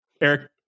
eric